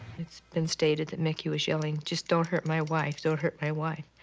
it's been stated that mickey was yelling, just don't hurt my wife, don't hurt my wife.